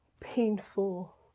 painful